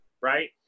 right